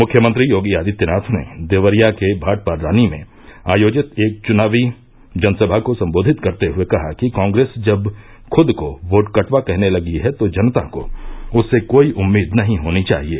मुख्यमंत्री योगी आदित्यनाथ ने देवरिया के भाटपार रानी में आयोजित एक चुनावी जनसभा को सम्बोधित करते हुये कहा कि कॉग्रेस जब खुद को वोट कटवा कहने लगी है तो जनता को उससे कोई उम्मीद नही होनी चाहिये